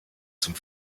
zum